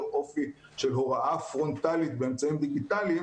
אופי של הוראה פרונטלית באמצעים דיגיטלית,